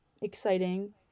exciting